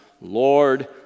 Lord